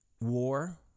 war